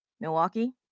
Milwaukee